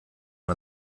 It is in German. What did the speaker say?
man